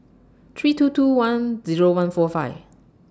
three two two one Zero one four five